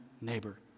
neighbor